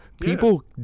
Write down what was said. People